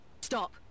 Stop